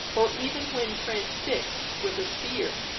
or even when transfixed with a spear,